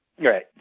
Right